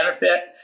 benefit